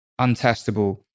untestable